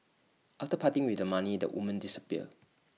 after parting with the money the women disappear